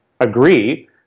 agree